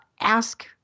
ask